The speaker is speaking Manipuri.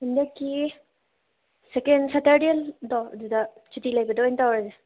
ꯍꯟꯗꯛꯀꯤ ꯁꯦꯀꯦꯟ ꯁꯦꯇꯔꯗꯦꯗꯣ ꯑꯗꯨꯗ ꯁꯨꯇꯤ ꯂꯩꯕꯗ ꯑꯣꯏꯅ ꯇꯧꯔꯁꯦ